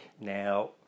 Now